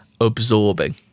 absorbing